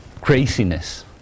craziness